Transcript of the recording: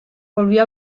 volvió